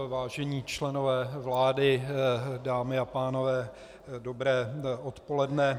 Vážení členové vlády, dámy a pánové, dobré odpoledne.